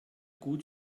gut